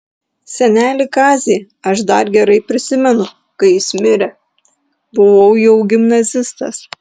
senelį kazį aš dar gerai prisimenu kai jis mirė buvau jau gimnazistas